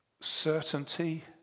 certainty